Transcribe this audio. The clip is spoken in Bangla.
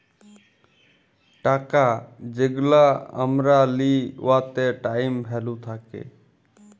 টাকা যেগলা আমরা লিই উয়াতে টাইম ভ্যালু থ্যাকে